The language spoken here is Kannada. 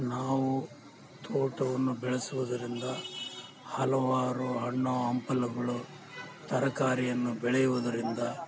ನಾವು ತೋಟವನ್ನು ಬೆಳೆಸೋದರಿಂದ ಹಲವಾರು ಹಣ್ಣು ಹಂಪಲುಗಳು ತರಕಾರಿಯನ್ನು ಬೆಳೆಯುವುದರಿಂದ